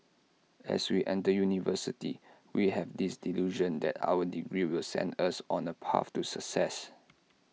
as we enter university we have this delusion that our degree will send us on A path to success